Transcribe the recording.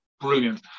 brilliant